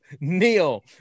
Neil